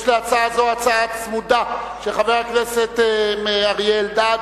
להצעה זו יש הצעה צמודה של חבר הכנסת אריה אלדד.